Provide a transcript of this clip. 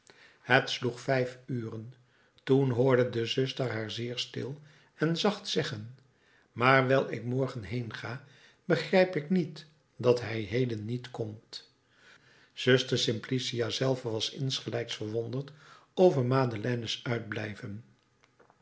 het sloeg vijf uren toen hoorde de zuster haar zeer stil en zacht zeggen maar wijl ik morgen heenga begrijp ik niet dat hij heden niet komt zuster simplicia zelve was insgelijks verwonderd over madeleine's uitblijven